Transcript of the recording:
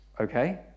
Okay